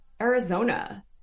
Arizona